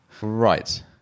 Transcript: Right